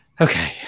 Okay